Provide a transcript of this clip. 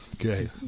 Okay